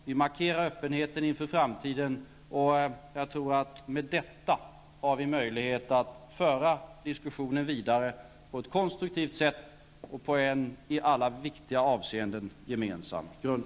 Vi markerar öppenheten inför framtiden, och jag tror att vi med detta har möjlighet att föra diskussionen vidare på ett konstruktivt sätt och på en i alla viktiga avseenden gemensam grund.